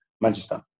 Manchester